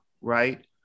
right